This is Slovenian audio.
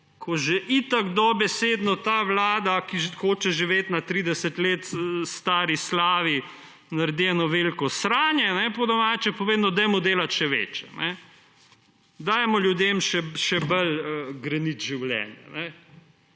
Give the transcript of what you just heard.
ko že itak dobesedno ta vlada, ki hoče živeti na 30 let stari slavi, naredi eno veliko sranje, po domače povedano, dajmo delati še večje. Dajmo ljudem še bolj greniti življenje.